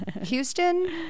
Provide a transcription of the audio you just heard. Houston